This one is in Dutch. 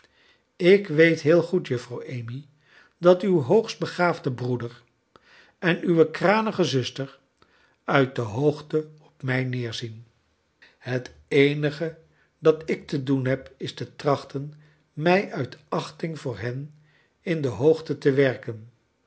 ik weet heel goed juffrouw amy dat uw hoogst begaafde broeder en uwe krartige zuster uit de hoogte op mij neerzien het eenige dat ik te doen heb is te trachten mij uit achting voor hen in de hoogte te werken